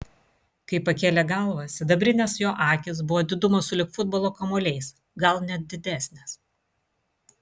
kai pakėlė galvą sidabrinės jo akys buvo didumo sulig futbolo kamuoliais gal net didesnės